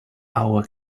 our